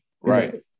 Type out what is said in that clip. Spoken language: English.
right